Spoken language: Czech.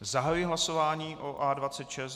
Zahajuji hlasování o A26.